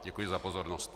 Děkuji za pozornost.